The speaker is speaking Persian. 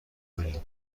ملی